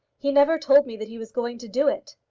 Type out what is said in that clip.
he never told me that he was going to do it.